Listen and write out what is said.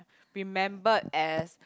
remembered as